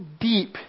deep